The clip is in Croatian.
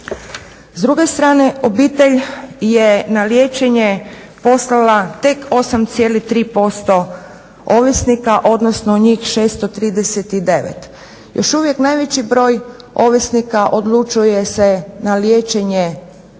S druge strane, obitelj je na liječenje poslala tek 8,3% ovisnika, odnosno njih 639. Još uvijek najveći broj ovisnika odlučuje se na liječenje